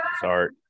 Sorry